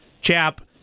Chap